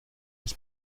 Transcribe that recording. ich